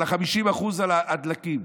על ה-50% על הדלקים.